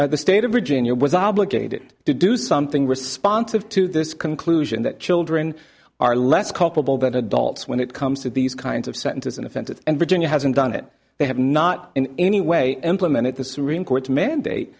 the state of virginia was obligated to do something responsive to this conclusion that children are less culpable than adults when it comes to these kinds of sentences and offenses and virginia hasn't done it they have not in any way implemented the supreme court to mandate